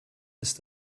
ist